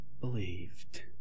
believed